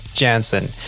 jansen